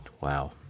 Wow